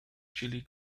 chilly